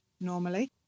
normally